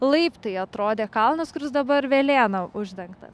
laiptai atrodė kalnas kuris dabar velėna uždengtas